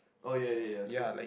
oh ya ya ya true